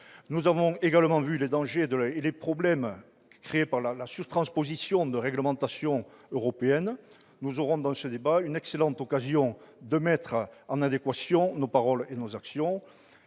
Nous avons également vu les dangers et les problèmes créés par la surtransposition de la réglementation européenne. Ce débat nous offre donc une excellente occasion de mettre en adéquation nos paroles et nos actions.